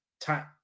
time